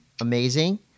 amazing